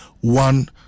one